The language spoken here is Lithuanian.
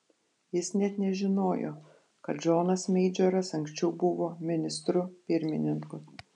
jis net nežinojo kad džonas meidžoras anksčiau buvo ministru pirmininku